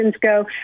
go